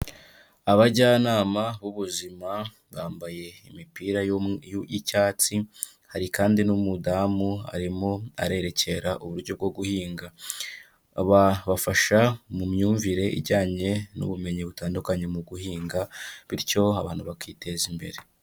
Abajyanama b'ubuzima bambaye imipira y'icyatsi hari kandi n'umudamu arimo arererekera uburyo bwo guhinga abafasha mu myumvire ijyanye n'ubumenyi butandukanye mu guhinga bityo abantu bakiteza imbere.